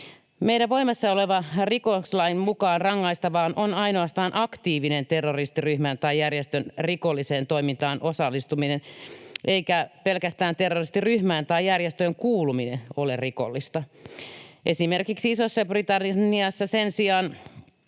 Meidän voimassa olevan rikoslain mukaan rangaistavaa on ainoastaan aktiivinen terroristiryhmän tai -järjestön rikolliseen toimintaan osallistuminen eikä pelkästään terroristiryhmään tai -järjestöön kuuluminen ole rikollista. Esimerkiksi Isossa-Britanniassa sen sijaan